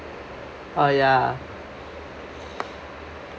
uh ya